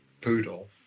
Poodle